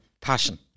passion